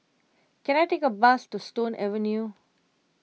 can I take a bus to Stone Avenue